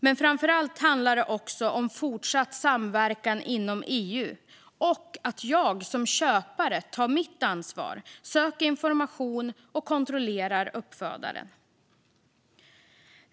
Men framför allt handlar det också om fortsatt samverkan inom EU och att jag som köpare tar mitt ansvar, söker information och kontrollerar uppfödaren.